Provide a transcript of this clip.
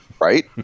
right